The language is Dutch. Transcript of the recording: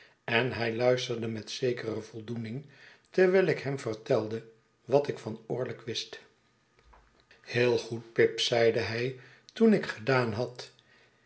en hij luisterde met zekere voldoening terwijl ik hem vertelde wat ik van orlick wist heel goed pip zeide hij toen ik gedaan had